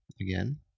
again